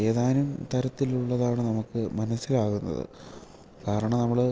ഏതാനും തരത്തിലുള്ളതാണ് നമുക്ക് മനസ്സിലാകുന്നത് കാരണം നമ്മൾ